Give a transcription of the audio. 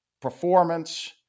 performance